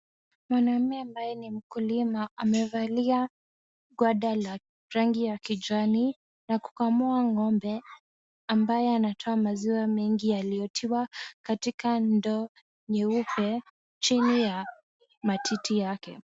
Mwanaume ambaye ni mkulima, amevalia gwanda la rangi ya kijani na kukamua ng'ombe ambaye anatoa maziwaa mengi yaliyotiwa katika ndoo nyeupe chini ya matiti yake.